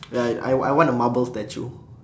ya I I want a marble statue